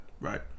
Right